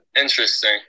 interesting